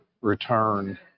return